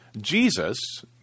Jesus